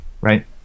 right